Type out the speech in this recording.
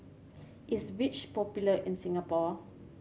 is Vichy popular in Singapore